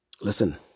listen